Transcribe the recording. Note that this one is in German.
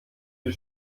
die